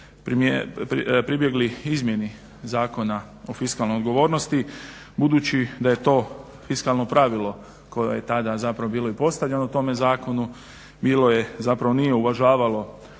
pribjegli izmjeni Zakona o fiskalnoj odgovornosti, budući da je to fiskalno pravilo koje je tada zapravo bilo i postavljeno tome zakonu bilo je, zapravo nije uvažavalo